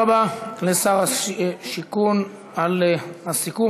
תודה רבה לשר הבינוי והשיכון על הסיכום.